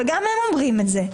וגם הם אומרים את זה,